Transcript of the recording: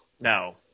no